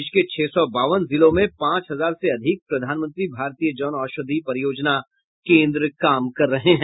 देश के छह सौ बावन जिलों में पांच हजार से अधिक प्रधानमंत्री भारतीय जन औषधि परियोजना केन्द्र काम कर रहे हैं